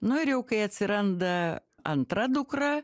nu ir jau kai atsiranda antra dukra